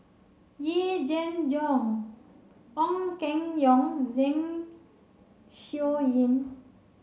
Yee Jenn Jong Ong Keng Yong Zeng Shouyin